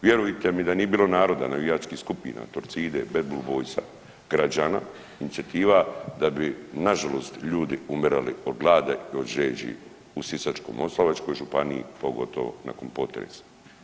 Vjerujte mi da nije bilo naroda, navijačkih skupina, Torcide, BBB, građana, inicijativa da bi nažalost ljudi umirali od gladi i od žeđi i u Sisačko-moslavačkoj županiji, pogotovo nakon potresa.